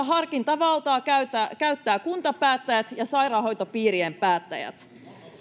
harkintavaltaa käyttävät käyttävät kuntapäättäjät ja sairaanhoitopiirien päättäjät